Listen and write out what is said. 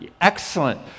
excellent